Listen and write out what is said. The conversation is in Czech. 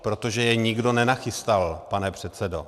Protože je nikdo nenachystal, pane předsedo.